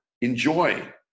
enjoy